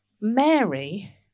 Mary